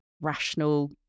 rational